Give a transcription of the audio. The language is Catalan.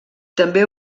també